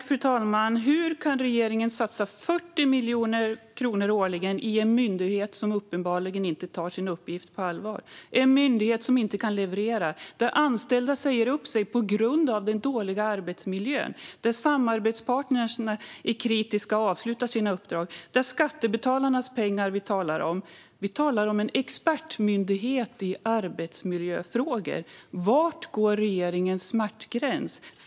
Fru talman! Hur kan regeringen satsa 40 miljoner kronor årligen i en myndighet som uppenbarligen inte tar sin uppgift på allvar? Det är en myndighet som inte kan leverera, där anställda säger upp sig på grund av den dåliga arbetsmiljön och vars samarbetspartner är kritiska och avslutar sina uppdrag? Det är skattebetalarnas pengar vi talar om. Vi talar om en expertmyndighet i arbetsmiljöfrågor. Var går regeringens smärtgräns?